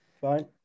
Fine